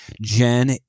Jen